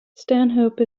stanhope